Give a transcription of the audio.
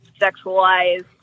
sexualized